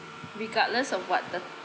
regardless of what the